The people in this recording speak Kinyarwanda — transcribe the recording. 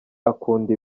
akunda